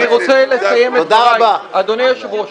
אני רוצה לסיים את דבריי, אדוני היושב-ראש.